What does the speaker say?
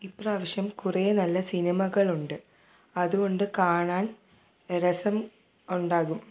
ഇപ്രാവശ്യം കുറെ നല്ല സിനിമകളുണ്ട് അതുകൊണ്ട് കാണാൻ രസം ഉണ്ടാകും